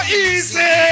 easy